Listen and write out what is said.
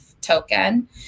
token